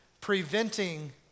preventing